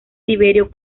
tiberio